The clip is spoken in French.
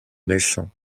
naissant